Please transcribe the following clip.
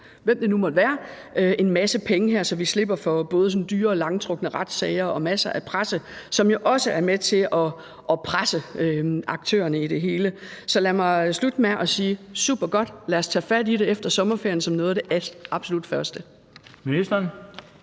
hvem det nu måtte være, en masse penge her, så vi slipper for både dyre og langtrukne retssager og masser af presse, som jo også er med til at presse aktørerne i det hele. Så lad mig slutte med at sige: Supergodt, lad os tage fat i det efter sommerferien som noget af det absolut første! Kl.